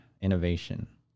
innovation